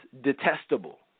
detestable